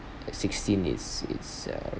at sixteen it's it's uh